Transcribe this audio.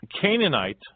Canaanite